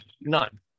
None